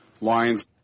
lines